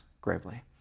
gravely